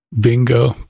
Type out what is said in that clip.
Bingo